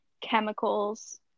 chemicals